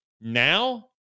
now